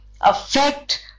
affect